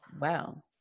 Wow